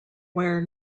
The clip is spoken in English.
where